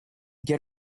get